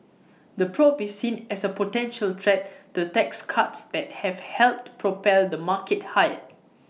the probe is seen as A potential threat to tax cuts that have helped propel the market higher